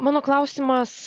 mano klausimas